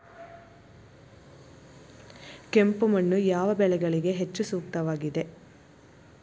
ಕೆಂಪು ಮಣ್ಣು ಯಾವ ಬೆಳೆಗಳಿಗೆ ಹೆಚ್ಚು ಸೂಕ್ತವಾಗಿದೆ?